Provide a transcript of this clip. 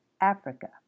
africa